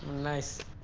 nice!